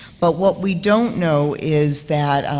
but what we don't know is that,